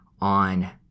on